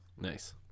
Nice